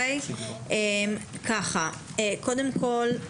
קודם כול,